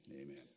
amen